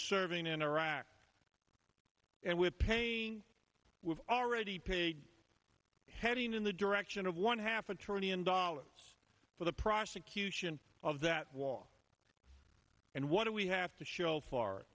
serving in iraq and we're paying we've already paid heading in the direction of one half a trillion dollars for the prosecution of that war and what do we have to show f